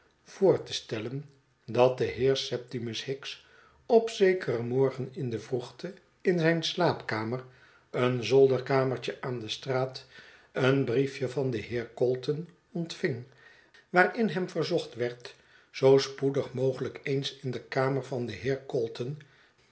voor te stellen dat de heer septimus hicks op zekeren morgen in de vroegte in zijn slaapkamer een zolderkamertje aan de straat een brief e van den heer calton ontving waarin hem verzocht werd zoo spoedig mogelijk eens in de kamer van den heer